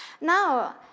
Now